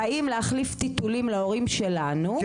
באים להחליף טיטולים להורים שלנו,